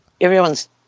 everyone's